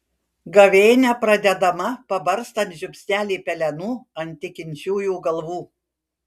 gavėnia pradedama pabarstant žiupsnelį pelenų ant tikinčiųjų galvų